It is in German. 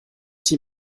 die